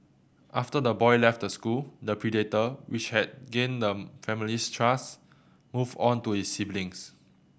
after the boy left the school the predator which had gained the family's trust moved on to his siblings